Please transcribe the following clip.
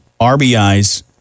RBIs